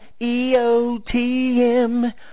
EOTM